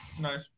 Nice